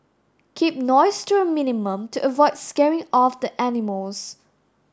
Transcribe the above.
keep noise to a minimum to avoid scaring off the animals